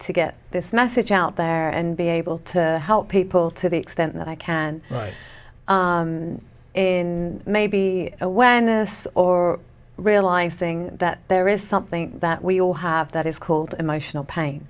to get this message out there and be able to help people to the extent that i can in maybe when this or realizing that there is something that we all have that is called emotional pain